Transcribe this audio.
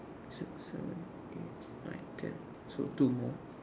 six seven eight nine ten so two more